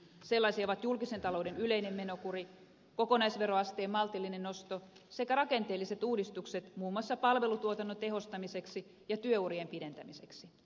sellaisia ovat julkisen talouden yleinen menokuri kokonaisveroasteen maltillinen nosto sekä rakenteelliset uudistukset muun muassa palvelutuotannon tehostamiseksi ja työurien pidentämiseksi